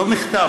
לא מכתב.